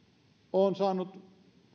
olen saanut